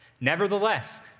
Nevertheless